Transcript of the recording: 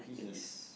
yes